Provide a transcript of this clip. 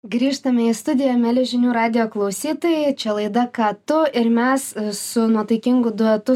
grįžtame į studiją mieli žinių radijo klausytojai čia laida ką tu ir mes su nuotaikingu duetu